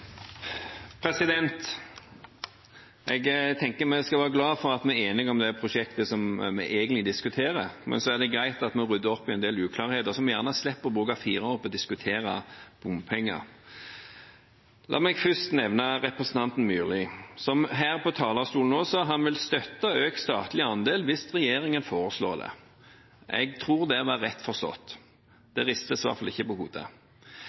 Jeg tenker vi skal være glad for at vi er enige om det prosjektet som vi egentlig diskuterer. Men det er greit at vi rydder opp i en del uklarheter, slik at vi slipper å bruke fire år på å diskutere bompenger. La meg først nevne representanten Myrli, som på talerstolen her sa han vil støtte økt statlig andel hvis regjeringen foreslår det. Jeg tror det var rett forstått – det ristes i hvert fall ikke på hodet.